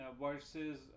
versus